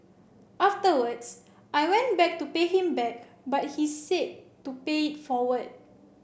afterwards I went back to pay him back but he said to pay it forward